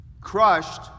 crushed